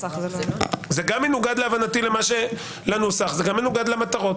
זה גם מנוגד לנוסח, זה גם מנוגד למטרות.